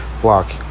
block